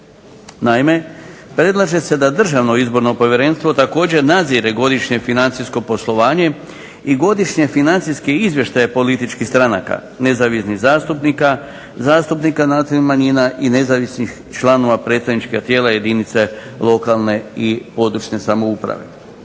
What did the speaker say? Naime, predlaže se da Državno izborno povjerenstvo također nadzire godišnje financijsko poslovanje i godišnje financijske izvještaje političkih stranaka, nezavisnih zastupnika, zastupnika nacionalnih manjina i nezavisnih članova predstavničkog tijela jedinice lokalne i područne samouprave.